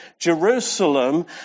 Jerusalem